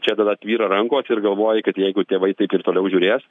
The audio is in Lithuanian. čia tada tvyra rankos ir galvoji kad jeigu tėvai taip ir toliau žiūrės